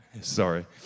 Sorry